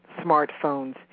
smartphones